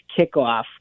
kickoff